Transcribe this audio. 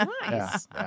nice